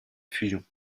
fusion